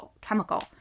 chemical